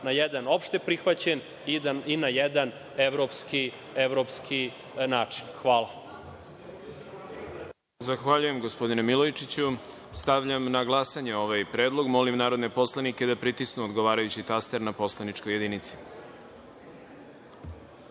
na jedan opšte prihvaćen i na jedan evropski način. Hvala. **Đorđe Milićević** Zahvaljujem gospodine Milojičiću. Stavljam na glasanje ovaj predlog. Molim narodne poslanike da pritisnu odgovarajući taster na poslaničkoj